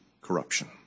corruption